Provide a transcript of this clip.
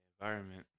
Environment